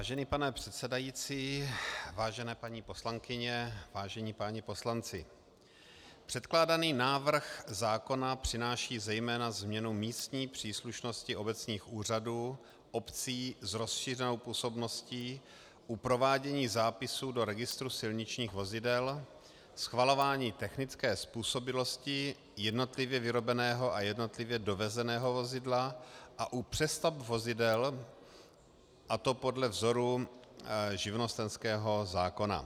Vážený pane předsedající, vážené paní poslankyně, vážení páni poslanci, předkládaný návrh zákona přináší zejména změnu místní příslušnosti obecních úřadů obcí s rozšířenou působností u provádění zápisu do registru silničních vozidel, schvalování technické způsobilosti jednotlivě vyrobeného a jednotlivě dovezeného vozidla a u přestaveb vozidel, a to podle vzoru živnostenského zákona.